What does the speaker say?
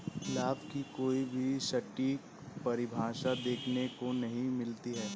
लाभ की कोई भी सटीक परिभाषा देखने को नहीं मिलती है